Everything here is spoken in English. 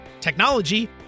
technology